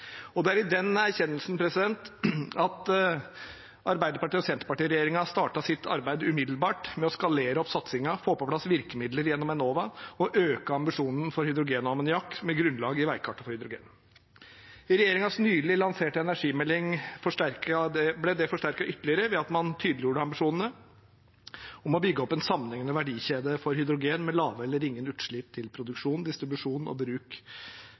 Det er i den erkjennelsen at Arbeiderparti–Senterparti-regjeringen startet sitt arbeid umiddelbart med å skalere opp satsingen, få på plass virkemidler gjennom Enova og øke ambisjonen for hydrogen og ammoniakk med grunnlag i veikartet for hydrogen. I regjeringens nylig lanserte energimelding ble det forsterket ytterligere ved at man tydeliggjorde ambisjonene om å bygge opp en sammenhengende verdikjede for hydrogen med lave eller ingen utslipp til produksjon, distribusjon og bruk,